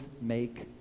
make